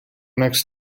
next